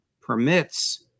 permits